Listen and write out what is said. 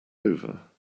over